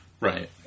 Right